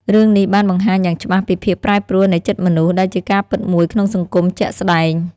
រឿងនេះបាន បង្ហាញយ៉ាងច្បាស់ពីភាពប្រែប្រួលនៃចិត្តមនុស្ស ដែលជាការពិតមួយក្នុងសង្គមជាក់ស្តែង។